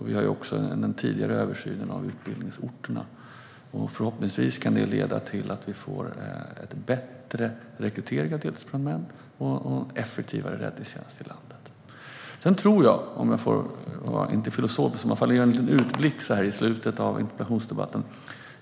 Vi har också den tidigare översynen av utbildningsorterna, och förhoppningsvis kan detta leda till att vi får en bättre rekrytering av deltidsbrandmän och en effektivare räddningstjänst i landet. Jag ska inte vara filosofisk, men låt mig ändå göra en liten utblick så här i slutet av interpellationsdebatten.